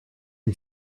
une